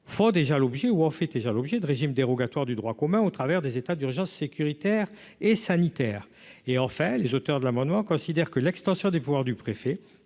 font déjà l'objet ou en fait déjà l'objet de régime dérogatoire du droit commun, au travers des états d'urgence sécuritaire et sanitaire et en fait, les auteurs de l'amendement, considère que l'extension des pouvoirs du préfet